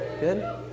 Good